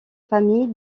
famille